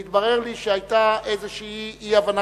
והתברר לי שהיתה איזו אי-הבנה,